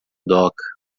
doca